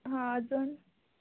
हां अजून